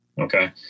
okay